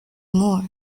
more